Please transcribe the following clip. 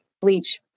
bleach